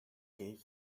gave